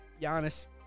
Giannis